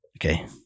okay